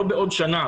לא בעוד שנה.